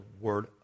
word